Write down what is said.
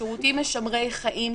שירותים משמרי חיים,